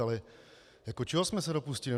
Ale jako čeho jsme se dopustili?